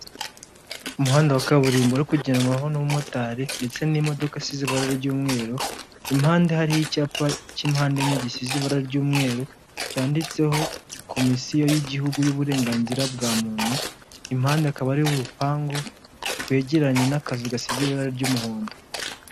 Umuhanda wa kaburimbo uri kugendwaho n'umumotari, ndetse n'imodoka isize ibara ry'umweru, impande hari icyapa cy'impande enye gisize ibara ry'umweru, cyanditseho komisiyo y'igihugu y'uburenganzira bwa muntu, impande hakaba hari urupangu rwegeranye n'akazu gasize ibara ry'umuhondo.